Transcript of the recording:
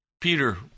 Peter